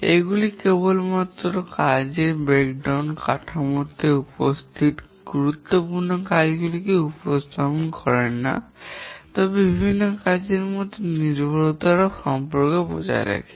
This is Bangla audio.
এগুলি কেবল কাজের ব্রেকডাউন কাঠামোতে উপস্থিত গুরুত্বপূর্ণ কাজগুলিকেই উপস্থাপন করে না তবে বিভিন্ন কাজের মধ্যে নির্ভরতা সম্পর্কও বজায় রাখে